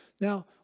Now